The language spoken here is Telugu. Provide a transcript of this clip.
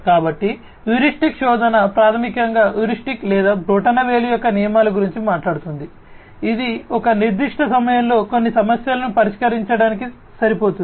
కాబట్టి హ్యూరిస్టిక్ శోధన ప్రాథమికంగా హ్యూరిస్టిక్స్ లేదా బొటనవేలు యొక్క నియమాల గురించి మాట్లాడుతుంది ఇది ఒక నిర్దిష్ట సమయంలో కొన్ని సమస్యలను పరిష్కరించడానికి సరిపోతుంది